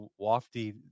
wafty